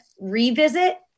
revisit